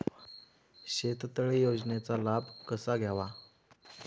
शेततळे योजनेचा लाभ कसा घ्यावा?